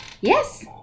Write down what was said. Yes